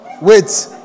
Wait